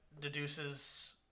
deduces